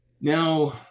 now